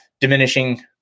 diminishing